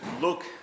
look